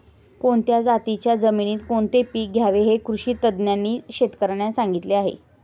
कोणत्या जातीच्या जमिनीत कोणते पीक घ्यावे हे कृषी तज्ज्ञांनी शेतकर्यांना सांगितले